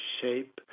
shape